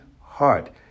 heart